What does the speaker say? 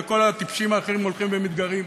וכל הטיפשים האחרים הולכים ומתגרים,